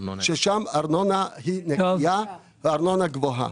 ששם ארנונה היא נקייה וארנונה גבוהה.